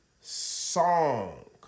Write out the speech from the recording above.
song